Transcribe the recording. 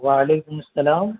وعلیکم السلام